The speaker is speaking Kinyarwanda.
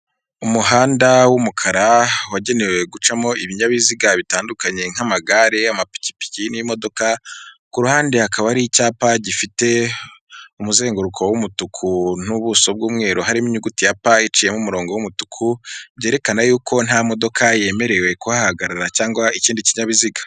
Umuhanda w'umukara wagenewe gucamo ibinyabiziga bitandukanye nk'amagare, amapikipiki n'imodoka, ku ruhande hakaba hari icyapa gifite umuzenguruko w'umutuku n'ubuso bw'umweru, harimo inyuguti ya p iciyemo umurongo w'umutuku, byerekana yukuko nta modoka yemerewe kuhahagarara cyangwa ikindi kinyabiziga.